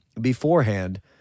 beforehand